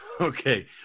Okay